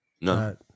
No